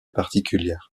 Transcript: particulière